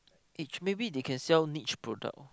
edge maybe they can sell niche product orh